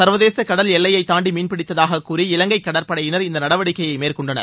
சர்வதேச கடல்எல்லையை தாண்டி மீன்பிடித்ததாக கூறி இவங்கை கடற்படையினர் இந்த நடவடிக்கையை மேற்கொண்டனர்